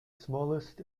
smallest